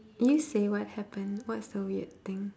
you say what happened what's the weird thing